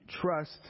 trust